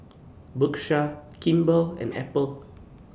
Bershka Kimball and Apple